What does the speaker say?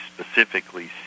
specifically